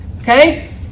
Okay